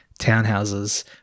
townhouses